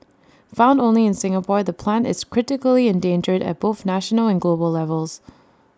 found only in Singapore the plant is critically endangered at both national and global levels